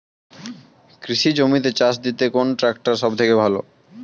কৃষি জমিতে চাষ দিতে কোন ট্রাক্টর সবথেকে ভালো?